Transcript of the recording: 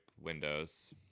windows